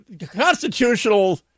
constitutional